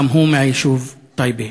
גם הוא מהיישוב טייבה.